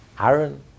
Aaron